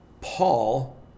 Paul